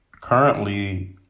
Currently